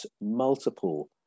multiple